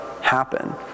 happen